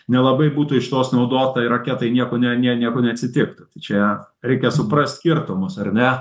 nelabai būtų iš tos naudos tai raketai nieko ne ne nieko neatsitiktų tai čia reikia suprast skirtumus ar ne